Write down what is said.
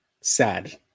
Sad